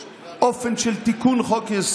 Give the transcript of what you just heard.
כן, בטח.